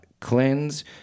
cleanse